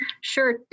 Sure